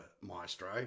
Maestro